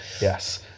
Yes